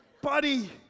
buddy